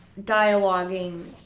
dialoguing